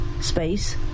space